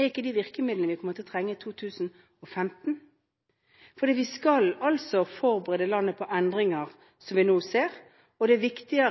er ikke de virkemidlene vi kommer til å trenge i 2015, for vi skal forberede landet på endringer som vi nå ser, og det er viktig å